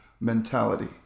mentality